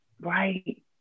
right